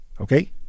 Okay